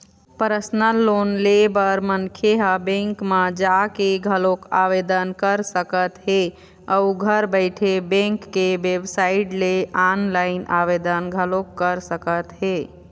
personal loan ले बर मनखे ह बेंक म जाके घलोक आवेदन कर सकत हे अउ घर बइठे बेंक के बेबसाइट ले ऑनलाईन आवेदन घलोक कर सकत हे